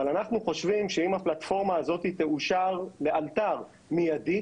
אבל אנחנו חושבים שאם הפלטפורמה הזאת תאושר לאלתר מיידית,